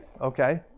Okay